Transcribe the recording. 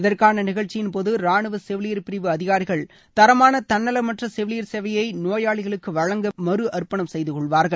இதற்கான நிகழ்ச்சியின்போது ரானுவ செவிலியர் பிரிவு அதிகாரிகள் தரமான தன்னலமற்ற செவிலியர் சேவையை நோயாளிகளுக்கு வழங்க மறுஅர்ப்பனம் செய்துகொள்வார்கள்